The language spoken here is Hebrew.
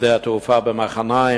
משדה-התעופה במחניים,